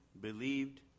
believed